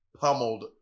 pummeled